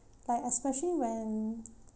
like especially when